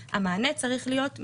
כל בקשה צריכה להיענות תוך 24 שעות,